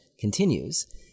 continues